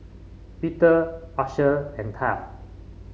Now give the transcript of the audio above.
Pete Asher and Taft